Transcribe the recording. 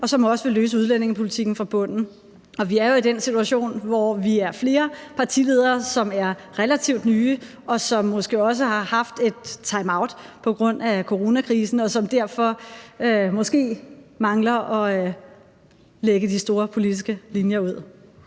og som også vil løse udlændingepolitikken fra bunden. Vi er jo i den situation, hvor vi er flere partiledere, som er relativt nye, og som måske også har haft en timeout på grund af coronakrisen, og som måske derfor mangler at lægge de store politiske linjer ud.